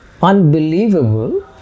Unbelievable